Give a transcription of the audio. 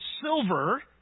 silver